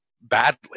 badly